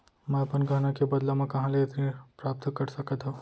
मै अपन गहना के बदला मा कहाँ ले ऋण प्राप्त कर सकत हव?